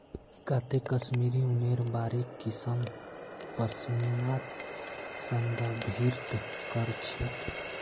काते कश्मीरी ऊनेर बारीक किस्म पश्मीनाक संदर्भित कर छेक